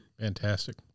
Fantastic